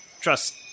trust